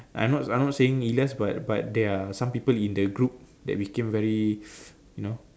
I not I not saying Elias but but there are some people in the group that became very you know